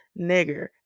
nigger